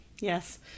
Yes